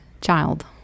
child